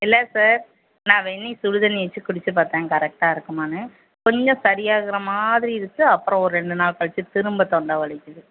இல்லை சார் நான் வெந்நீர் சுடு தண்ணி வச்சு குடிச்சு பார்த்தேன் கரெக்டாக இருக்குமான்னு கொஞ்சம் சரி ஆகிற மாதிரி இருக்குது அப்புறம் ஒரு ரெண்டு நாள் கழிச்சு திரும்ப தொண்டை வலிக்குது